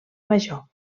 major